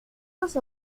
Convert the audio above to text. los